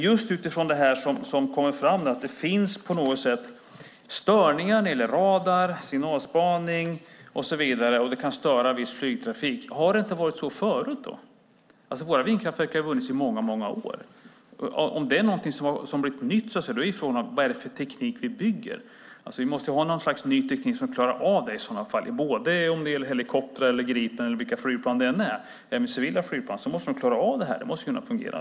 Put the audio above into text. Nu kommer det fram att det finns störningar när det gäller radar, signalspaning och viss flygtrafik. Har det inte varit så förut? Våra vindkraftverk har ju funnits i många år. Om detta är någonting nytt blir frågan: Vad är det för teknik vi bygger? Vi måste ju ha ny teknik som klarar av det här. Oavsett om det gäller helikoptrar, Gripen eller vilka flygplan det nu är, även civila, måste de klara av det här. Det måste fungera.